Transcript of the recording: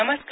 नमस्कार